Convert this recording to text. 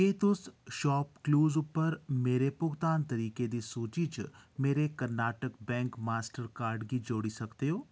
क्या तुस शॉपक्लूज उप्पर मेरे भुगतान तरीकें दी सूची च मेरे कर्नाटक बैंक मास्टर कार्ड गी जोड़ी सकदे ओ